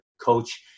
coach